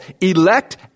elect